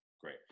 great